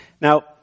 Now